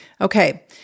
Okay